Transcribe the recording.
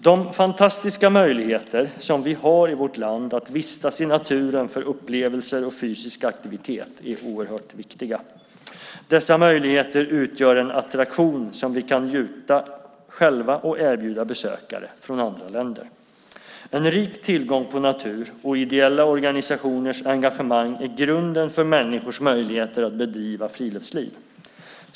De fantastiska möjligheterna som vi har i vårt land att vistas i naturen för upplevelser och fysisk aktivitet är oerhört viktiga. Dessa möjligheter utgör en attraktion som vi kan njuta av själva och erbjuda besökare från andra länder. En rik tillgång på natur och ideella organisationers engagemang är grunden för människors möjligheter att bedriva friluftsliv.